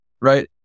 right